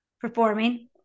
performing